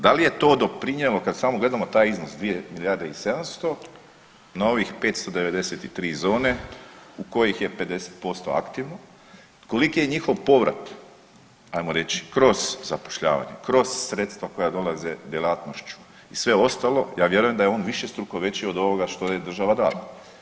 Da li je to doprinijelo kad samo gledamo taj iznos 2 milijarde i 700, na ovih 593 zone u kojih je 50% aktivno, koliki je njihov povrat, ajmo reći kroz zapošljavanje, kroz sredstva koja dolaze djelatnošću i sve ostalo, ja vjerujem da je on višestruko veći od ovoga što je država dala.